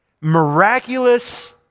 miraculous